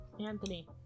Anthony